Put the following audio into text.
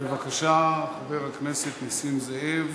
בבקשה, חבר הכנסת נסים זאב,